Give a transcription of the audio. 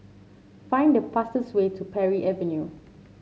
find the fastest way to Parry Avenue